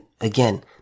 again